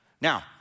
Now